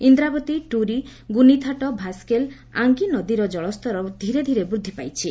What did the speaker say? ଇନ୍ଦ୍ରାବତୀ ଟୁରୀ ଗୁନିଥାଟ ଭାସକେଲ ଆଙ୍ଗି ନଦୀର ଜଳସ୍ତର ଧୀରେ ଧୀରେ ବୃଦ୍ଧି ପାଇଛି